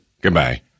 Goodbye